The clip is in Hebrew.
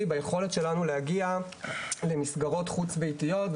ביכולת שלנו להגיע למסגרות חוץ ביתיות,